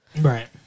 Right